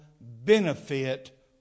benefit